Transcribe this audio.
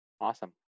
Awesome